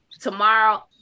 Tomorrow